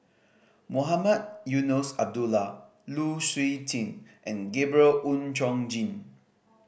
Mohamed Eunos Abdullah Lu Suitin and Gabriel Oon Chong Jin